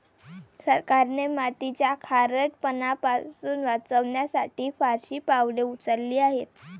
सरकारने मातीचा खारटपणा पासून वाचवण्यासाठी फारशी पावले उचलली आहेत